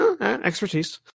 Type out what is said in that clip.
Expertise